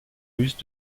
russe